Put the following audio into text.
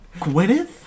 Gwyneth